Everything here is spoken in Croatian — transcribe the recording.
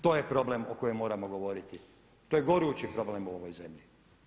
To je problem o kojem moramo govoriti, to je gorući problem u ovoj zemlji.